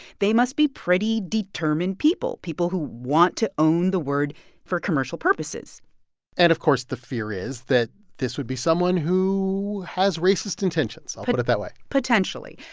they must be pretty determined people, people who want to own the word for commercial purposes and, of course, the fear is that this would be someone who has racist intentions. i'll put it that way potentially.